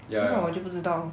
mm 那我就不知道